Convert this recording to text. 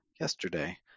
yesterday